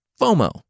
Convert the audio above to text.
FOMO